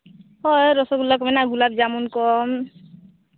ᱦᱳᱭ ᱨᱚᱥᱚᱜᱚᱞᱞᱟ ᱠᱚ ᱢᱮᱱᱟᱜᱟ ᱜᱩᱞᱟᱵᱽ ᱡᱟᱢᱩᱱ ᱠᱚ